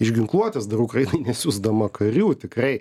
iš ginkluotės dar ukrainai nesiųsdama karių tikrai